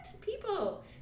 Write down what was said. people